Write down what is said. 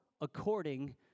according